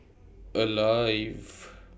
Alive